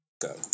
go